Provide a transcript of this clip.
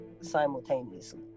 simultaneously